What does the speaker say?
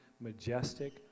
majestic